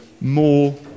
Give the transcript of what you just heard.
more